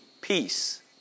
Peace